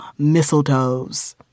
mistletoes